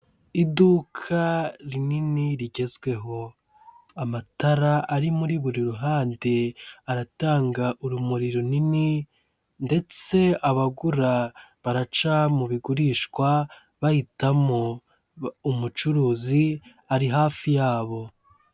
Iduka rinini rigezweho. Amatara ari muri buri ruhande aratanga urumuri runini, ndetse abagura baraca mu bigurishwa bahitamo; umucuruzi ari hafi yabo.